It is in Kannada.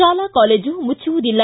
ಶಾಲಾ ಕಾಲೇಜು ಮುಚ್ಚುವುದಿಲ್ಲ